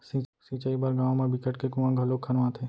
सिंचई बर गाँव म बिकट के कुँआ घलोक खनवाथे